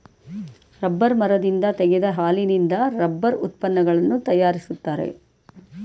rubber ಮರದಿಂದ ತೆಗೆದ ಹಾಲಿನಿಂದ ರಬ್ಬರ್ ಉತ್ಪನ್ನಗಳನ್ನು ತರಯಾರಿಸ್ತರೆ